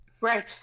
Right